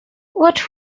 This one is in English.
what